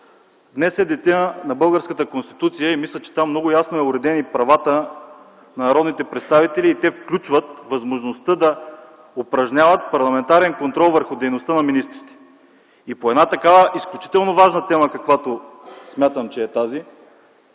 Днес е Денят на българската Конституция и мисля, че там много ясно са уредени правата на народните представители. Те включват възможността да упражняват парламентарен контрол върху дейността на министрите. По такава изключително важна тема, каквато смятам че е тази,